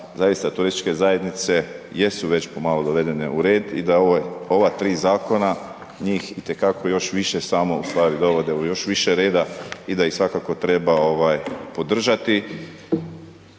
zaista turističke zajednice jesu već pomalo dovedena u red i da ova tri zakona njih i te kako još više samo u stvari dovode u još više reda i da ih svakako treba ovaj podržati